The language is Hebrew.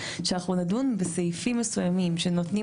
שאנחנו נדון בסעיפים מסוימים שנותנים